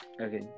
Okay